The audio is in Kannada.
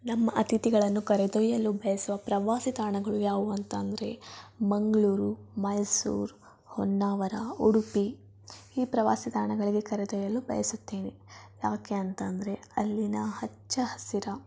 ನಮ್ಮ ಅತಿಥಿಗಳನ್ನು ಕರೆದೊಯ್ಯಲು ಬಯಸುವ ಪ್ರವಾಸಿ ತಾಣಗಳು ಯಾವುವು ಅಂತ ಅಂದರೆ ಮಂಗ್ಳೂರು ಮೈಸೂರು ಹೊನ್ನಾವರ ಉಡುಪಿ ಈ ಪ್ರವಾಸಿ ತಾಣಗಳಿಗೆ ಕರೆದೊಯ್ಯಲು ಬಯಸುತ್ತೇನೆ ಯಾಕೆ ಅಂತ ಅಂದರೆ ಅಲ್ಲಿನ ಹಚ್ಚ ಹಸಿರ